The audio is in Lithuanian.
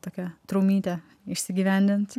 tokia traumytė išsigyvendinti